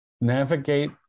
navigate